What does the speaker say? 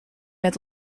met